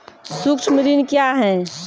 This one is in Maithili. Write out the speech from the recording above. सुक्ष्म ऋण क्या हैं?